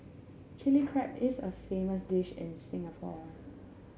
Chilli Crab is a famous dish in Singapore